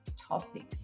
topics